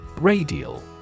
Radial